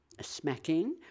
smacking